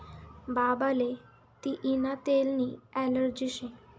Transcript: बाबाले तियीना तेलनी ॲलर्जी शे